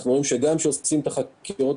אנחנו רואים שגם כשעושים את החקירות